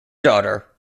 daughter